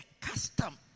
custom